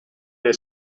nel